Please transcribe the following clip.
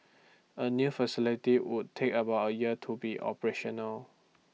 A new facility would take about A year to be operational